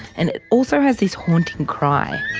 and it also has this haunting cry.